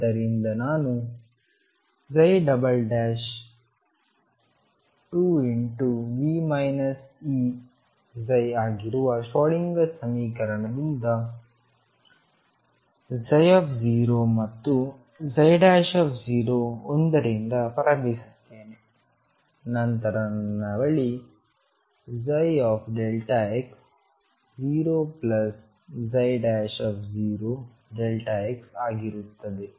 ಆದ್ದರಿಂದ ನಾನು 2V E ಆಗಿರುವ ಶ್ರೋಡಿಂಗರ್ ಸಮೀಕರಣದಿಂದ ψ ಮತ್ತು 1 ನಿಂದ ಪ್ರಾರಂಭಿಸುತ್ತೇನೆ ನಂತರ ನನ್ನ ಬಳಿ ψ 00xಆಗಿರುತ್ತದೆ